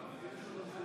רבותיי,